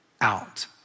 out